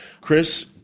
Chris